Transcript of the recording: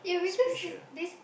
special